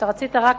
רצית רק